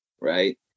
right